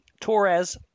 Torres